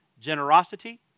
generosity